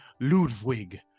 Ludwig